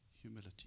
humility